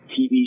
TV